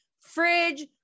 fridge